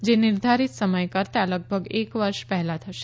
જે નિર્ધારીત સમય કરતા લગભગ એક વર્ષ પહેલા થશે